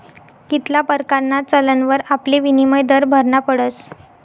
कित्ला परकारना चलनवर आपले विनिमय दर भरना पडस